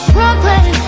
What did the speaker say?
Brooklyn